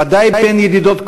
ודאי בין ידידות קרובות,